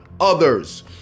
others